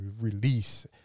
release